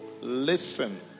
Listen